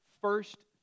first